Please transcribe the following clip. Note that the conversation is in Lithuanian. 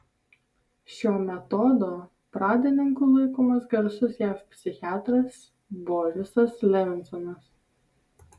šio metodo pradininku laikomas garsus jav psichiatras borisas levinsonas